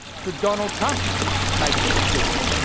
should donald trump make the decision?